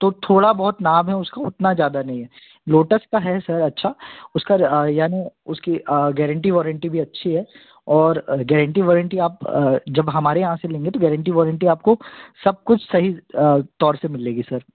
तो थोड़ा बहुत नाम है उसका उतना ज़्यादा नहीं है लोटस का है सर अच्छा उसका यानि उसकी गेरेन्टी वॉरेन्टी भी अच्छी है और गेरेन्टी वॉरेन्टी आप जब हमारे यहाँ से लेंगे तो गेरेन्टी वॉरेन्टी आपको सब कुछ सही तौर से मिलेगी सर